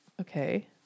Okay